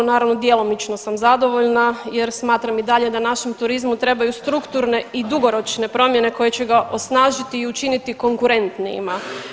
Naravno djelomično sam zadovoljna jer smatram i dalje da našem turizmu trebaju strukturne i dugoročne promjene koje će ga osnažiti i učiniti konkurentnijima.